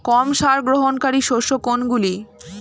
কম সার গ্রহণকারী শস্য কোনগুলি?